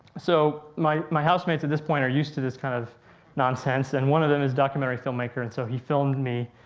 so my my housemates at this point are used to this kind of nonsense and one of them is a documentary film maker and so he filmed me,